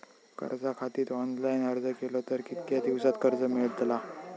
कर्जा खातीत ऑनलाईन अर्ज केलो तर कितक्या दिवसात कर्ज मेलतला?